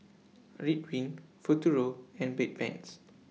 Ridwind Futuro and Bedpans